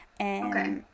Okay